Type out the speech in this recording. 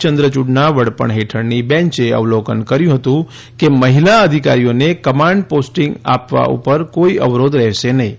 ચંદ્રચૂડના વડપણ હેઠળની બેંચે અવલોકન કર્યું હતું કે મહિલા અધિકારીઓને કમાન્ડ પોસ્ટીંગ આપવા ઉપર કોઈ અવરોધ રહેશે નહીં